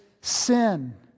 sin